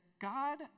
God